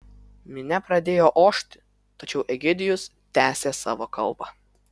minia pradėjo ošti tačiau egidijus tęsė savo kalbą